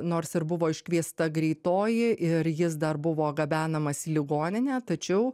nors ir buvo iškviesta greitoji ir jis dar buvo gabenamas į ligoninę tačiau